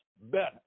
better